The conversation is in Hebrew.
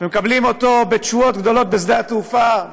ומקבלים אותו בתשואות גדולות בשדה התעופה,